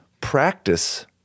practice